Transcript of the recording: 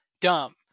dumb